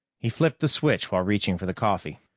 he flipped the switch while reaching for the coffee.